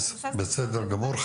בסדר גמור.